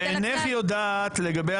ואני לא יודע מתי היושב-ראש